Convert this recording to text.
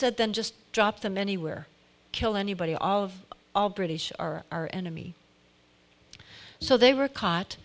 said then just drop them anywhere kill anybody all of our british are our enemy so they were caught